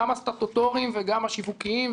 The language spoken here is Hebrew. גם הסטטוטוריים וגם השיווקיים,